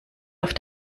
auf